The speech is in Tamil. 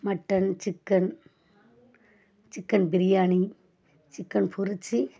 mutton chicken chicken biryani chicken பொரிச்சி